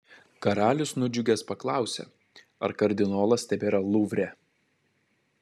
karalius nudžiugęs paklausė ar kardinolas tebėra luvre